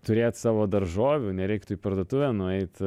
turėt savo daržovių nereiktų į parduotuvę nueit